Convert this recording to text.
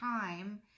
time